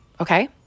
okay